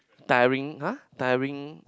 tiring !huh! tiring